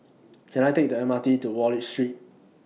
Can I Take The M R T to Wallich Street